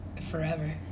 forever